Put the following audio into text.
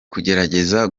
kugerageza